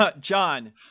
John